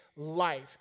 Life